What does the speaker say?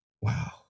wow